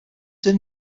their